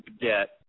debt